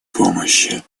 помощи